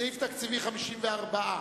סעיף תקציבי 54,